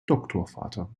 doktorvater